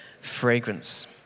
fragrance